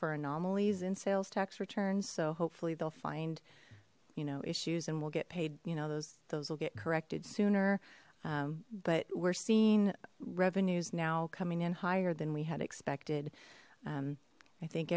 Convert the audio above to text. for anomalies in sales tax returns so hopefully they'll find you know issues and we'll get paid you know those those will get corrected sooner but we're seeing revenues now coming in higher than we had expected i think